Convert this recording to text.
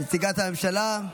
נציגת הממשלה.